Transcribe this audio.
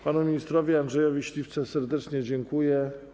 Panu ministrowi Andrzejowi Śliwce serdecznie dziękuję.